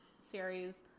series